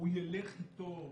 הוא ילך אתו,